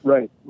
Right